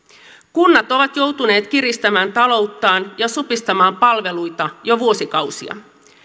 kunnat ovat joutuneet kiristämään talouttaan ja supistamaan palveluita jo vuosikausia